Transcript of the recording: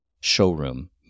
showroom